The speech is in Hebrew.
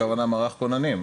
הכוונה במערך היא לכוננים.